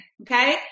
okay